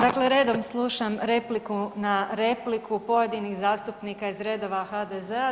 Dakle redom slušam repliku na repliku pojedinih zastupnika iz redova HDZ-a.